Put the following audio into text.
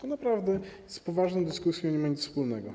To naprawdę z poważną dyskusją nie ma nic wspólnego.